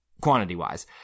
Quantity-wise